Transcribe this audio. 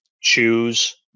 choose